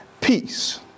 peace